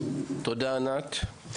תודה, ענת.